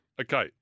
Okay